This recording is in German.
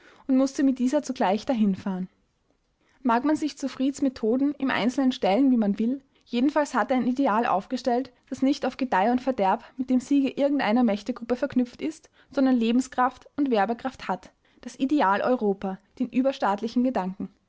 und mußte mit dieser zugleich dahinfahren mag man sich zu frieds methoden im einzelnen stellen wie man will jedenfalls hat er ein ideal aufgestellt das nicht auf gedeih und verderb mit dem siege irgendeiner mächtegruppe verknüpft ist sondern lebenskraft und werbekraft hat das ideal europa den überstaatlichen gedanken